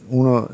uno